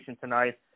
tonight